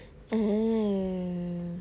um